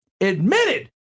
admitted